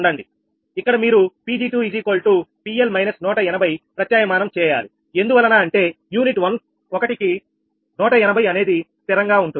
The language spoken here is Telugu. ఇక్కడ మీరు 𝑃𝑔2PL−180 ప్రత్యామ్నాయం చేయాలి ఎందువలన అంటే యూనిట్ 1 కి 180 అనేది స్థిరంగా ఉంటుంది